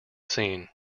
seen